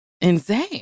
insane